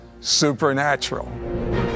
Supernatural